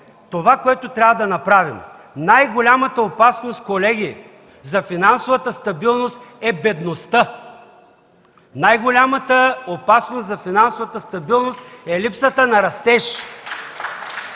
това, което трябва да направим. Най-голямата опасност за финансовата стабилност, колеги, е бедността. Най-голямата опасност за финансовата стабилност е липсата на растеж.